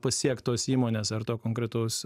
pasiekt tos įmonės ar to konkretaus